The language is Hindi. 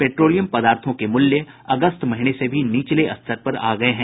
पेट्रोलियम पदार्थों के मूल्य अगस्त महीने से भी निचले स्तर पर आ गये हैं